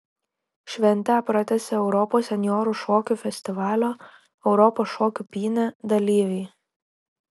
šventę pratęsė europos senjorų šokių festivalio europos šokių pynė dalyviai